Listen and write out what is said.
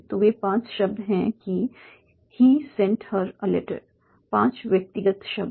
तो वे 5 शब्द हैं जैसे कि 'he sent her a letter' 5 व्यक्तिगत शब्द